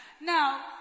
Now